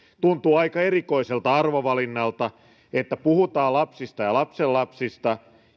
tuntuu aika erikoiselta arvovalinnalta että puhutaan lapsista ja lapsenlapsista